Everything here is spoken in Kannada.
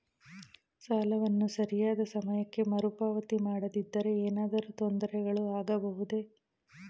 ಸಾಲವನ್ನು ಸರಿಯಾದ ಸಮಯಕ್ಕೆ ಮರುಪಾವತಿ ಮಾಡದಿದ್ದರೆ ಏನಾದರೂ ತೊಂದರೆಗಳು ಆಗಬಹುದೇ?